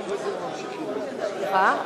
סליחה,